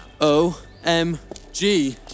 O-M-G